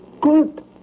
good